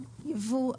יבוא,